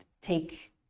take